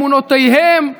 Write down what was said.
אמונותיהם,